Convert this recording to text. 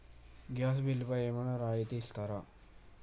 Gas బిల్లుపై ఏమైనా రాయితీ ఇస్తారా?